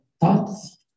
Thoughts